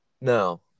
No